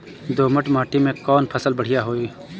दोमट माटी में कौन फसल बढ़ीया होई?